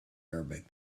arabic